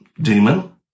Demon